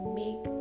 make